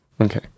Okay